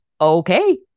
okay